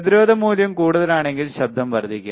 പ്രതിരോധ മൂല്യം കൂടുതലാണെങ്കിൽ ശബ്ദം വർദ്ധിക്കും